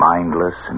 Mindless